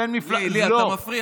הינה, בן מפלגתך, למי אני מפריע?